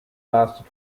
lasted